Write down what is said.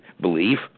belief